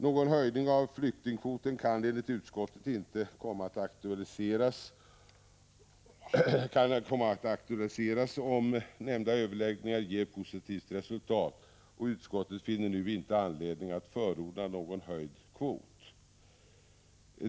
Någon höjning av flyktingkvoten kan enligt utskottet komma att aktualiseras om nämnda överläggningar ger positivt resultat och utskottet finner nu inte anledning att förorda någon höjd kvot.